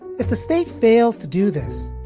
if the state fails to do this,